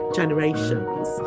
generations